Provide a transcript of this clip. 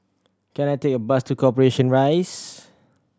can I take a bus to Corporation Rise